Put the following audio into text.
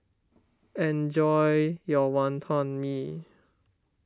enjoy your Wonton Mee